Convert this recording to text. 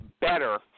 better